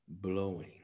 Blowing